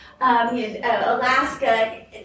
Alaska